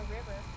River